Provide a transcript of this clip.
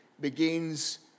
begins